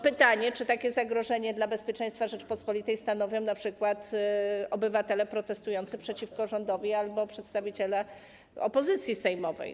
Pytanie, czy zagrożenie dla bezpieczeństwa Rzeczypospolitej stanowią np. obywatele protestujący przeciwko rządowi albo przedstawiciele opozycji sejmowej.